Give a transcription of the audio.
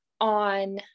on